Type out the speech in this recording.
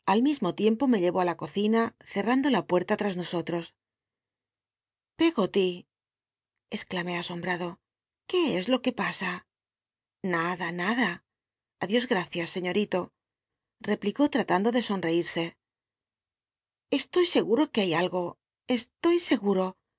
al mismo tiempo me llevó ti la cocina cet'l'ando la puerta has nosohos peggoty exclamé asombrado qué es lo uc pasa ada nada dios gracias se replicó tratando de sonreírse stoy que hay algo estny seguro